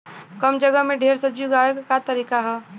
कम जगह में ढेर सब्जी उगावे क का तरीका ह?